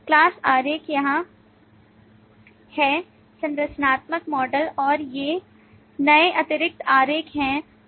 class आरेख यहाँ है संरचनात्मक मॉडल और ये नए अतिरिक्त आरेख हैं जो इसमें आ रहे हैं